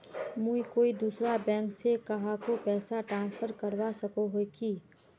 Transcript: मुई कोई दूसरा बैंक से कहाको पैसा ट्रांसफर करवा सको ही कि?